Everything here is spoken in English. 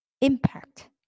Impact